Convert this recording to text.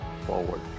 forward